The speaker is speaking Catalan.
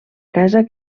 casa